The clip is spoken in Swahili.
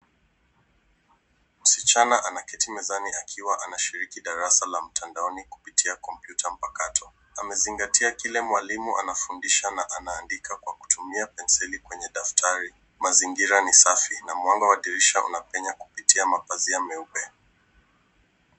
Msichana anaketi mezani akiwa anshiriki darasa la mtandaoni kupitia kompyuta mpakato. Amezingatia kile mwalimu anafundisha na anaandika kwa kutumia penseli kwenye daftari. Mazingira ni safi na mwanga wa dirisha unapenya kupitia mapazia meupe.